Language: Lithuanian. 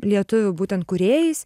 lietuvių būtent kūrėjais